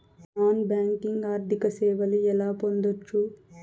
Non banking ఆర్థిక సేవలు ఎలా పొందొచ్చు?